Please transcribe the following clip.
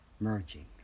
merging